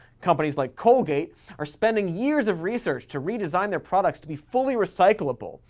companies like colgate are spending years of research to redesign their products to be fully recyclable.